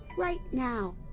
right now!